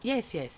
yes yes